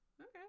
Okay